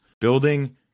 Building